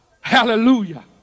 Hallelujah